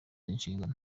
inshingano